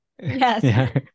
Yes